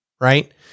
right